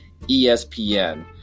espn